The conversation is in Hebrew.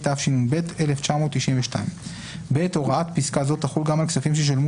התשנ''ב 1992‏. (ב)הוראת פסקה זו תחול גם על כספים ששולמו